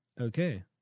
Okay